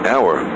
hour